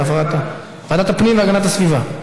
להעברה לוועדת הפנים והגנת הסביבה.